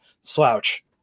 slouch